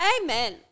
Amen